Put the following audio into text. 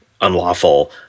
unlawful